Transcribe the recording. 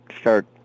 start